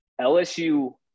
LSU